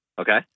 Okay